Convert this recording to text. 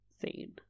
scene